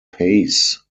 pays